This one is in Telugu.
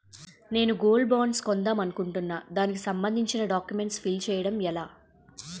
నేను గోల్డ్ బాండ్స్ కొందాం అనుకుంటున్నా దానికి సంబందించిన డాక్యుమెంట్స్ ఫిల్ చేయడం ఎలా?